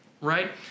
Right